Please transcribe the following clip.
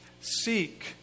seek